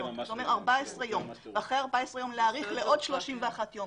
זה אומר 14 ימים ואחרי 14 ימים להאריך לעוד 31 ימים,